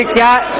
got